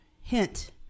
Hint